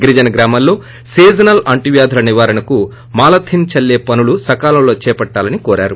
గిరిజన్ గ్రామాల్లో సీజనల్ అంటు వ్యాధుల నివారణకు మలాథిన్ చల్లె పనులు సకాలంలో చేపట్టాలని కోరారు